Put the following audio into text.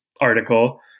article